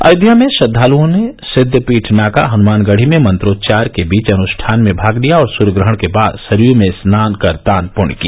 अयोध्या में श्रद्दालुओं ने सिद्धपीठ नाका हनुमानगढ़ी में मंत्रोच्चार के बीच अनु ठान में भाग लिया और सूर्यग्रहण के बाद सरयू में स्नान कर दान पूण्य किया